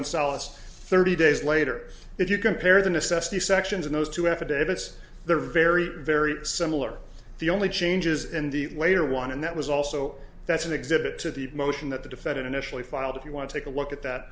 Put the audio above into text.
solace thirty days later if you compare the necessity sections of those two affidavits they're very very similar the only changes and the later one and that was also that's an exhibit to the motion that the defendant initially filed if you want to take a look at that